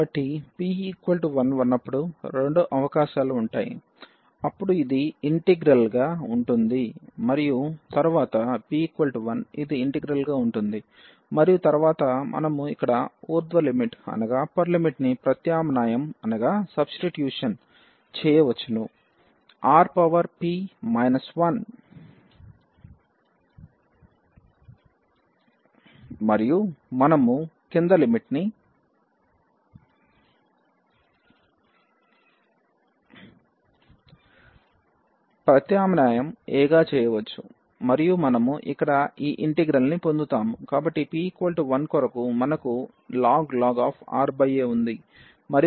కాబట్టి p 1 ఉన్నప్పుడు రెండు అవకాశాలు ఉంటాయి అప్పుడు ఇది ఇంటిగ్రల్ గా ఉంటుంది మరియు తరువాత p 1 ఇది ఇంటిగ్రల్ గా ఉంటుంది మరియు తరువాత మనము ఇక్కడ ఊర్థ్వ లిమిట్ ని ప్రత్యామ్నాయం చేయవచ్చు R పవర్ p మైనస్ 1 మరియు మనము కింది లిమిట్ ని ప్రత్యామ్నాయం a గా చేయవచ్చు మరియు మనము ఇక్కడ ఈ ఇంటిగ్రల్ ని పొందుతాము